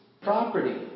property